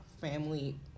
family